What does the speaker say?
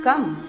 Come